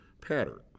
pattern